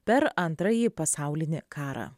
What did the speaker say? per antrąjį pasaulinį karą